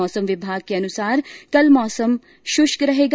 मौसम विभाग के अनुसार कल मौसम शुष्क रहेगा